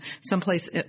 someplace